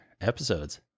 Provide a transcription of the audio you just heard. episodes